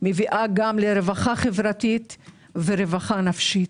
מביאה גם לרווחה חברתית ורווחה נפשית.